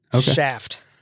shaft